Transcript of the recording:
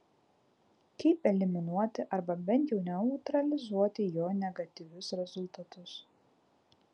kaip eliminuoti arba bent jau neutralizuoti jo negatyvius rezultatus